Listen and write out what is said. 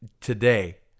today